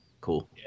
Cool